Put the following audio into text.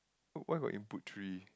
why got input three